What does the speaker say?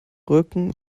rücken